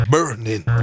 Burning